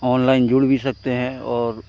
online जुड़ भी सकते हैं और